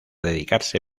dedicarse